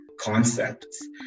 concepts